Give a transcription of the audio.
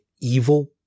evil